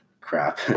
crap